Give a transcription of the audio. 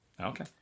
Okay